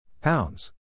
Pounds